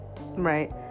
Right